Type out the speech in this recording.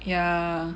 yeah